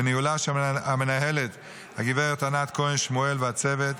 בניהולה של המנהלת הגברת ענת כהן שמואל והצוות,